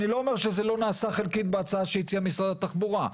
אני לא אומר שזה לא נעשה חלקית בהצעה שהציעה משרד התחבורה.